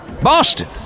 Boston